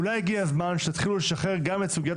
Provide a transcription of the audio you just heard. אולי הגיע הזמן שתתחילו לשחרר גם את סוגיית